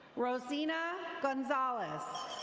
rosina gonzalez.